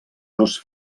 dos